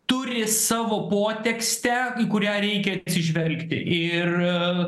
turi savo potekstę kurią reikia atsižvelgti ir